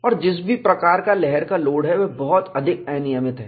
और जिस भी प्रकार का लहर का लोड है वह बहुत अधिक अनियमित है